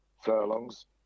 furlongs